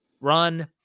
run